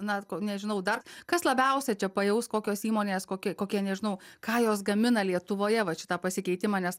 na kol nežinau dar kas labiausia čia pajaus kokios įmonės kokia kokie nežinau ką jos gamina lietuvoje vat šitą pasikeitimą nes